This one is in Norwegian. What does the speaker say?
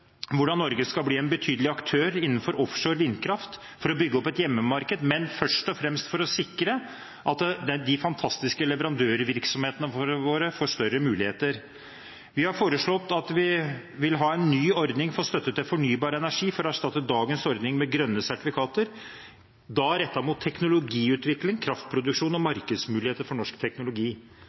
hvordan Norge skal bli en betydelig aktør innenfor offshore vindkraft for å bygge opp et hjemmemarked, men først og fremst for å sikre at de fantastiske leverandørvirksomhetene våre får større muligheter. Vi har foreslått at vi vil ha en ny ordning for støtte til fornybar energi for å erstatte dagens ordning med grønne sertifikater, da rettet mot teknologiutvikling, kraftproduksjon og markedsmuligheter for norsk teknologi.